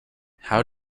how